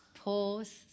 Pause